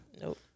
Nope